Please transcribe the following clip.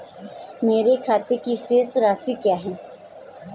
मेरे खाते की शेष राशि क्या है?